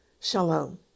Shalom